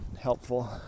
helpful